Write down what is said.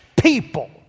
people